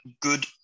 good